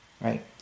right